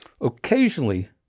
Occasionally